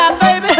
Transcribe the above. baby